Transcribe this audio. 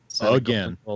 Again